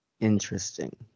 Interesting